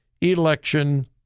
Election